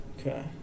Okay